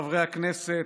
חברי הכנסת,